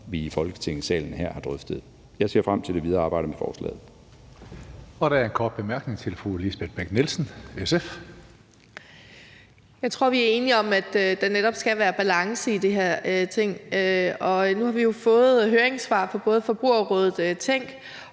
som vi i Folketingssalen her har drøftet. Jeg ser frem til det videre arbejde med forslaget.